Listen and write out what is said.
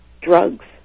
drugs